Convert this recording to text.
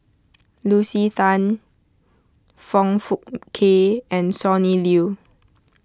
Lucy Than Foong Fook Kay and Sonny Liew